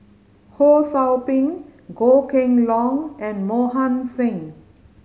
Ho Sou Ping Goh Kheng Long and Mohan Singh